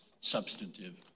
substantive